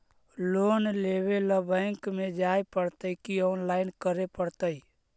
Loan लेवे ल bank में जाय पड़तै कि औनलाइन करे पड़तै?